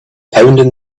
pounding